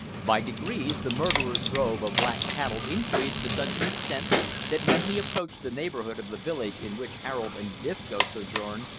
by degrees the murderer's drove of black cattle increased to such an extent that when he approached the neighbourhood of the village in which harold and disco sojourned,